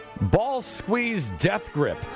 ball-squeeze-death-grip